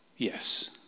Yes